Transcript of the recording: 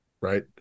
right